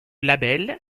label